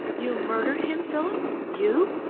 you murdered him, philip. you!